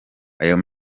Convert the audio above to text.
ayo